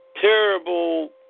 terrible